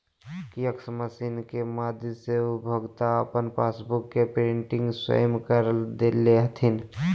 kiosk machine के माध्यम से उपभोक्ता अपन पासबुक के प्रिंटिंग स्वयं कर ले हथिन